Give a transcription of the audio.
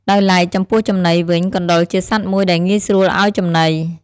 ដោយឡែកចំពោះចំណីវិញ កណ្តុរជាសត្វមួយដែលងាយស្រួលឱ្យចំណី។